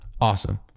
Awesome